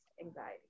anxiety